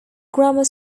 grammar